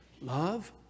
Love